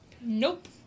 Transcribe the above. Nope